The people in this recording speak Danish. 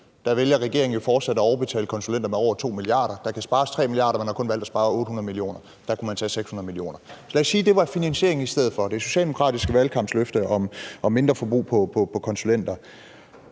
Der vælger regeringen jo fortsat at overbetale konsulenter med over 2 mia. kr.; der kan spares 3 mia. kr., men man har valgt kun at spare 800 mio. kr., så der kunne man tage 600 mio. kr. Lad os sige, det var finansieringen i stedet for – altså det socialdemokratiske valgkampsløfte om mindre forbrug af konsulenter.